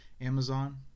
Amazon